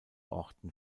orten